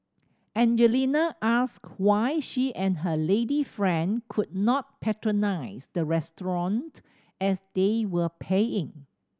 Angelina asked why she and her lady friend could not patronise the restaurant as they were paying